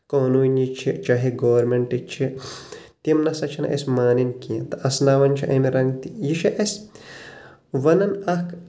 قونوٗنی چھِ چاہے گورمیٚنٹٕچ چھِ تِم نہ سا چھنہٕ اسہِ مانٕنۍ کینٛہہ تہٕ اسناوان چھِ امہِ رنٛگہٕ تہِ یہِ چھُ اسہ ونان اکھ